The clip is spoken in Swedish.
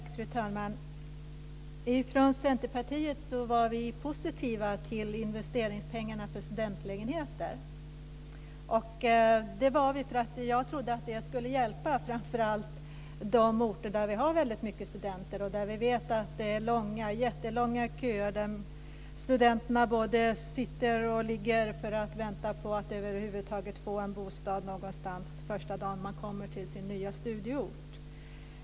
Fru talman! Från Centerpartiet var vi positiva till investeringspengarna till studentlägenheter. Det var vi för att vi trodde att det skulle hjälpa framför allt på de orter där vi har väldigt mycket studenter och där vi vet att det är jättelånga köer där studenterna både sitter och ligger för att vänta på att över huvud taget få en bostad någonstans första dagen de kommer till sin nya studieort.